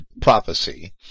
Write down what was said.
prophecy